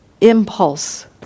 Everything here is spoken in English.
impulse